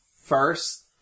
first